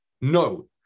No